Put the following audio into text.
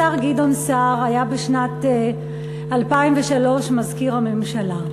השר גדעון סער היה בשנת 2003 מזכיר הממשלה.